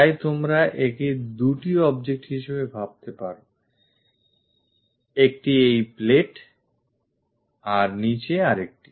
তাই তোমরা একে দুটি object হিসেবে ভাবতে পারো একটি এই plate এ আর নিচে আরেকটি